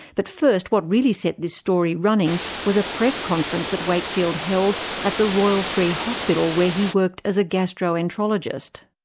but first, what really set this story running was a press conference that wakefield held at the royal free hospital where he worked as a gastroenterologist.